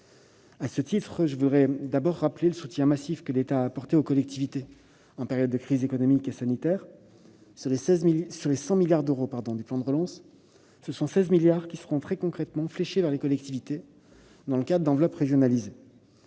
je rappelle tout d'abord le soutien massif que l'État apporte aux collectivités locales en cette période de crise économique et sanitaire. Sur les 100 milliards d'euros du plan de relance, 16 milliards d'euros seront très concrètement fléchés vers les collectivités, dans le cadre d'enveloppes régionalisées.